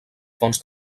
fons